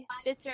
stitcher